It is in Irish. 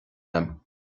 agam